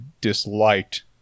disliked